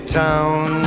town